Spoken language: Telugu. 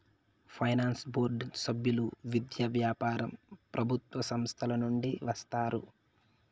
ఫైనాన్స్ బోర్డు సభ్యులు విద్య, వ్యాపారం ప్రభుత్వ సంస్థల నుండి వస్తారు